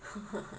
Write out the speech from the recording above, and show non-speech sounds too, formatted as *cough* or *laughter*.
*laughs*